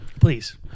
Please